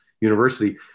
university